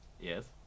Yes